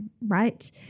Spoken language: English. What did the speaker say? right